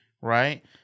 right